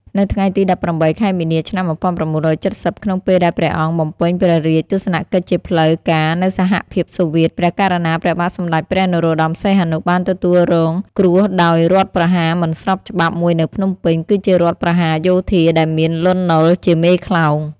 នៅថ្ងៃទី១៨ ខែមីនា ឆ្នាំ១៩៧០ ក្នុងពេលដែលព្រះអង្គ បំពេញព្រះរាជទស្សនកិច្ចជាផ្លូវ ការនៅសហភាពសូវៀត ព្រះករុណា ព្រះបាទសម្តេច ព្រះនរោត្តម សីហនុ ត្រូវបានទទួលរង គ្រោះដោយរដ្ឋប្រហារមិនស្របច្បាប់ មួយនៅភ្នំពេញ គឺជារដ្ឋប្រហារយោធា ដែលមាន លន់ នល់ ជាមេក្លោង។